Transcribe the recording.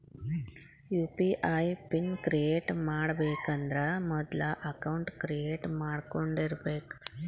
UPI pin create ಮಾಡಬೇಕಂದ್ರ ಮೊದ್ಲ account create ಮಾಡ್ಕೊಂಡಿರಬೆಕ್